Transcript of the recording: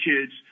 kids